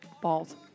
Balls